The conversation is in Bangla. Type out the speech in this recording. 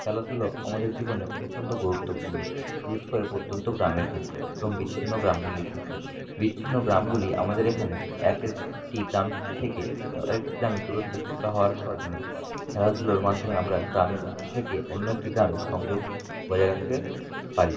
খেলাধুলো আমাদের জীবনে অত্যন্ত গুরুত্বপূর্ণ বিশেষ করে প্রত্যন্ত গ্রামের ক্ষেত্রে এবং বিচ্ছিন্ন গ্রামগুলির ক্ষেত্রে বিচ্ছিন্ন গ্রামগুলি আমাদের এখানে একেকটি গ্রাম থেকে আরেকটি গ্রামের দূরত্ব কিছুটা হওয়ার কারণে খেলাধুলোর মাধ্যমে আমরা গ্রামের থেকে অন্য একটি গ্রামে সংযোগ বজায় রাখতে পারি